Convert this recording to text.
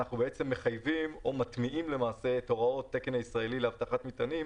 ופרסמה את החוברת הזאת כדי להנגיש או לנסות להנגיש את התקן לשפת העם,